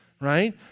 Right